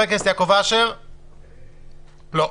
לא.